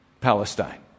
Palestine